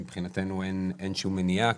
מבחינתנו אין שום מניעה.